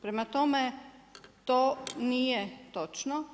Prema tome, to nije točno.